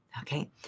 Okay